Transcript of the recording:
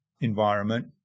environment